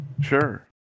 Sure